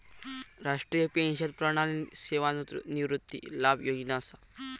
राष्ट्रीय पेंशन प्रणाली सेवानिवृत्ती लाभ योजना असा